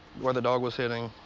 where the dog was hitting,